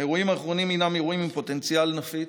האירועים האחרונים הם אירועים עם פוטנציאל נפיץ,